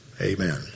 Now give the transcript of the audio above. Amen